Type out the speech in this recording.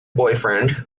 boyfriend